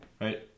right